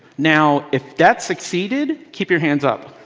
now if that succeeded, keep your hands up.